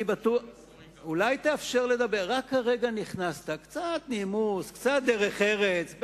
רק הרגע נכנסת, קצת נימוס, קצת דרך ארץ.